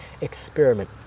experiment